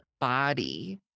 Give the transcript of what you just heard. body